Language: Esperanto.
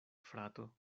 frato